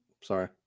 Sorry